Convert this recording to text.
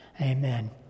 Amen